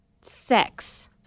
Sex